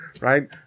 right